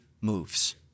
moves